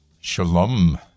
Shalom